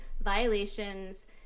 violations